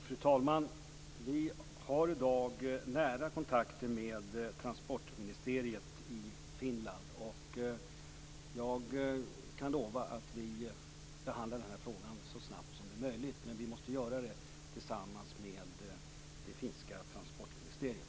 Fru talman! Vi har i dag nära kontakter med Transportministeriet i Finland. Jag kan lova att vi behandlar den här frågan så snabbt som det är möjligt, men vi måste göra det tillsammans med det finska Transportministeriet.